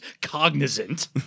cognizant